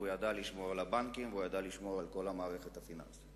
והוא ידע לשמור על הבנקים והוא ידע לשמור על כל המערכת הפיננסית.